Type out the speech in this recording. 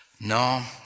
No